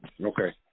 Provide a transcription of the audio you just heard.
Okay